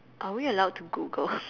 are we allowed to Google